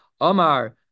Omar